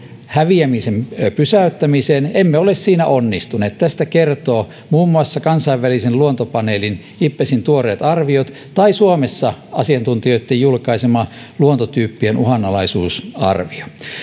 häviämisen pysäyttämiseen emme ole siinä onnistuneet tästä kertovat muun muassa kansainvälisen luontopaneelin ipbesin tuoreet arviot ja suomessa asiantuntijoitten julkaisema luontotyyppien uhanalaisuusarvio